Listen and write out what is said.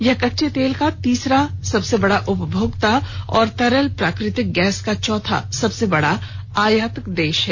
वह कच्चे तेल का तीसरा सबसे बड़ा उपभोक्ता और तरल प्राकृतिक गैस का चौथा सबसे बड़ा आयात देश है